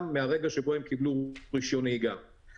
מבחינתי זה צריך להיות תנאי לכל רישיון נהיגה באופנוע.